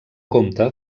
compte